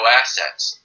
assets